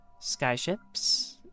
skyships